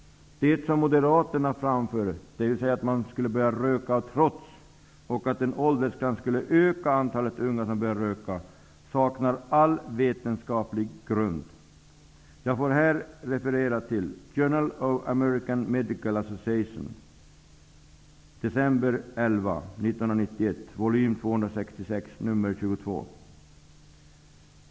Det som Moderaterna framför, dvs. att människor skulle börja röka av trots den och att en åldersgräns skulle göra att antalet unga som börjar röka skulle öka, saknar all vetenskaplig grund. Jag får här referera till Journal of American Medical Association, 11 december 1991, volym 266, nr 22.